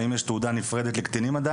האם יש תעודה נפרדת לקטינים?